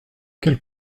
quelle